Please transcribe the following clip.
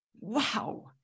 wow